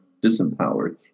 disempowered